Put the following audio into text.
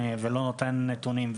נתונים,